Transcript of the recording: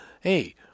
hey